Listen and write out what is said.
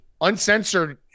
Uncensored